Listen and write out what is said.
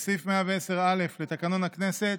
וסעיף 110(א) לתקנון הכנסת,